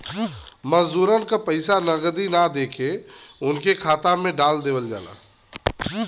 मजूरन के पइसा नगदी ना देके उनके खाता में डाल देवल जाला